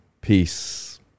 peace